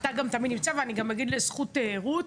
גם אגיד לזכות רות,